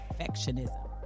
perfectionism